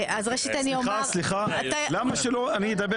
סליחה, למה שאני לא אדבר